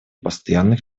постоянных